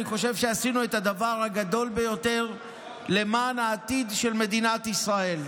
אני חושב שעשינו את הדבר הגדול ביותר למען העתיד של מדינת ישראל.